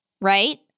right